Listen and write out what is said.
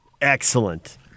Excellent